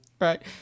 Right